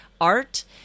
art